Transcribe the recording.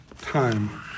time